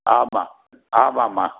ஆமாம் ஆமாம்மா